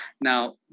now